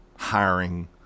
hiring